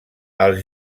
els